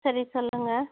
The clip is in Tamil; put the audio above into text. சரி சொல்லுங்கள்